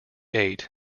eight